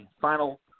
final